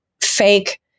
fake